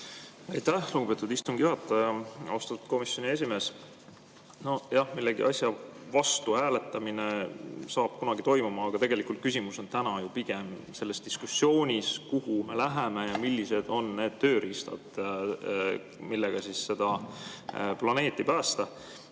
Aitäh, lugupeetud istungi juhataja! Austatud komisjoni esimees! Nojah, millegi vastu hääletamine saab kunagi toimuma, aga tegelikult küsimus on täna ju pigem selles diskussioonis, kuhu me läheme ja millised on need tööriistad, millega seda planeeti päästa.